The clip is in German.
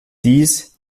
dies